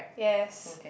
yes